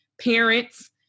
parents